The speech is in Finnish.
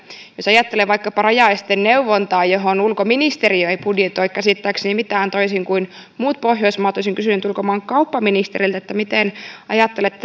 jos ajattelee vaikkapa rajaneuvontaa johon ulkoministeriö ei budjetoi käsittääkseni mitään toisin kuin muut pohjoismaat olisin kysynyt ulkomaankauppaministeriltä miten ajattelette